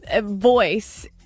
voice